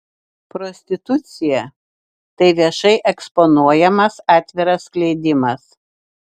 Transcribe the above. prostitucija tai viešai eksponuojamas atviras skleidimas